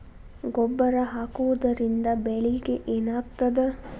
ಗೊಬ್ಬರ ಹಾಕುವುದರಿಂದ ಬೆಳಿಗ ಏನಾಗ್ತದ?